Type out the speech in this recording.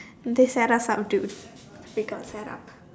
they set up some dudes difficult set up